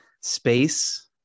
Space